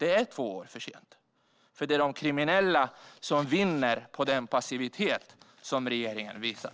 Det är två år för sent. Det är de kriminella som vinner på den passivitet som regeringen visar.